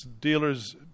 dealers